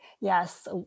Yes